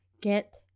get